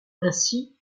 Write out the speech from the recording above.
ainsi